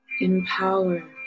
empowered